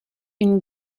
une